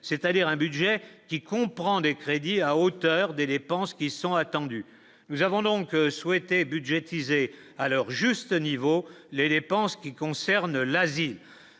c'est-à-dire un budget qui comprend des crédits à hauteur des dépenses qui sont attendus, nous avons donc souhaité budgétisé à leur juste niveau les dépenses qui concernent l'Asie